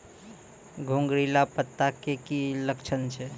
घुंगरीला पत्ता के की लक्छण छै?